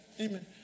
Amen